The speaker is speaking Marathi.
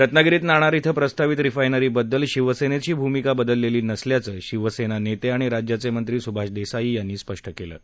रत्नागिरीत नाणार इथं प्रस्तावित रिफायनरीबद्दल शिवसेनेची भूमिका बदललेली नसल्याचं शिवसेना नेते आणि राज्याचे मंत्री सुभाष देसाई यांनी स्पष्ट केलं आहे